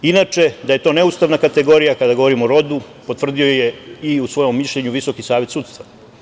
Inače, da je to neustavna kategorija, kada govorimo o rodu, potvrdio je i u svom mišljenju Visoki savet sudstva.